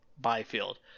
Byfield